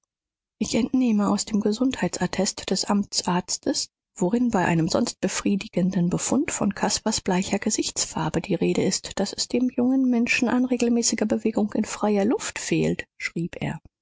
ich entnehme aus dem gesundheitsattest des amtsarztes worin bei einem sonst befriedigenden befund von caspars bleicher gesichtsfarbe die rede ist daß es dem jungen menschen an regelmäßiger bewegung in freier luft fehlt schrieb er